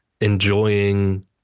enjoying